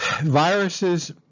Viruses